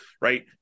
right